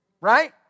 Right